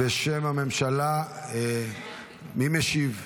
בשם הממשלה, מי משיב?